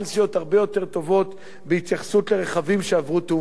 הרבה יותר טובות בהתייחסות לרכבים שעברו תאונה.